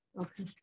Okay